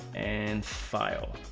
and final